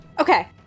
Okay